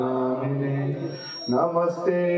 Namaste